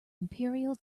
imperial